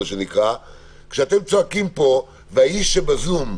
כשאתם צועקים פה והאיש שבזום,